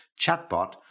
chatbot